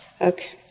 Okay